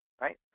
right